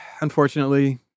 unfortunately